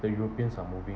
the europeans are moving